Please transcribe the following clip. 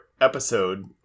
episode